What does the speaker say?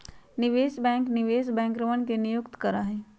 निवेश बैंक निवेश बैंकरवन के नियुक्त करा हई